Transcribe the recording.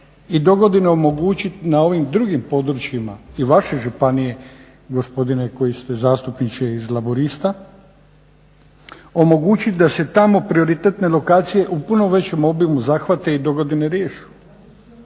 i dogodine omogućiti na ovim drugim područjima i vaše županije, gospodine koji ste zastupnik iz laburista, omogućiti da se tamo prioritetne lokacije u puno većem obimu zahvate i dogodine riješe.